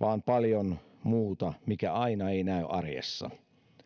vaan paljon muuta mikä aina ei näy arjessa